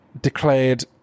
declared